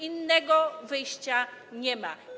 Innego wyjścia nie ma.